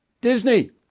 Disney